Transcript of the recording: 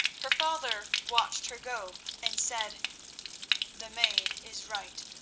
her father watched her go, and said the maid is right.